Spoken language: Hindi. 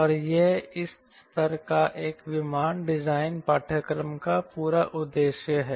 और यह इस स्तर का एक विमान डिजाइन पाठ्यक्रम का पूरा उद्देश्य है